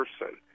person